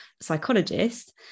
psychologist